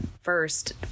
first